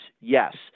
yes